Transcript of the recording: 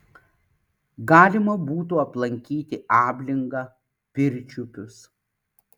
galima būtų aplankyti ablingą pirčiupius